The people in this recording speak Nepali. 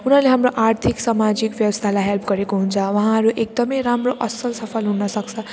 उनीहरूले हाम्रो आर्थिक सामाजिक व्यवस्थालाई हेल्प गरेको हुन्छ उहाँहरू एकदमै राम्रो असल सफल हुनसक्छ